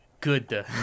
Good